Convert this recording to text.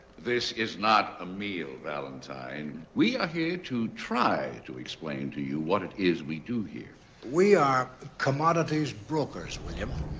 this is not a meal, valentine. we are here to try to explain to you what it is we do here we are commodities brokers, william.